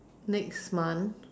next month